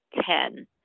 ten